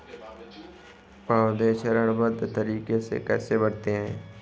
पौधे चरणबद्ध तरीके से कैसे बढ़ते हैं?